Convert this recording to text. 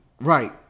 Right